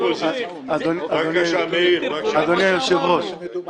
סופר --- פה יהיה --- יהיה תו תקן,